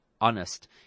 honest